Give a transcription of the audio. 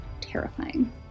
terrifying